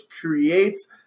creates